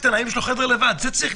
כתוב